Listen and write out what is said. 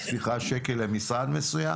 שקל למשרד מסוים